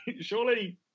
surely